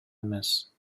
эмес